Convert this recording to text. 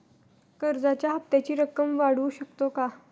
कर्जाच्या हप्त्याची रक्कम वाढवू शकतो का?